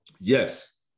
Yes